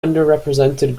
underrepresented